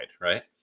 right